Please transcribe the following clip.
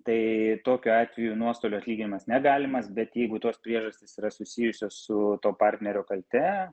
tai tokiu atveju nuostolių atlyginimas negalimas bet jeigu tos priežastys yra susijusios su to partnerio kalte